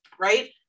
Right